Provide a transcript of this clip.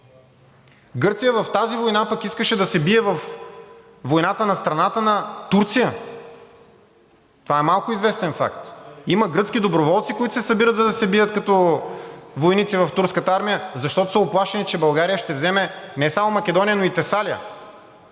Гърция в тази война пък искаше да се бие във войната на страната на Турция, това е малко известен факт. Има гръцки доброволци, които се събират, за да се бият като войници в турската армия, защото са уплашени, че България ще вземе не само Македония, но и Тесалия.